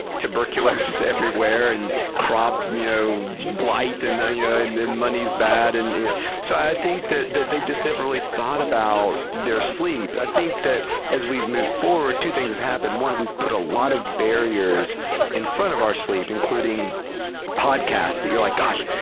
tuberculosis everywhere and crop you know blight, and you know, yeah ah and and money's bad, and so i think that that they just never really thought about their sleep. i think that as we've moved forward, two things have happened. one, we've put a lot of barriers in front of our sleep, including podcasts that you're like, gosh,